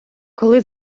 коли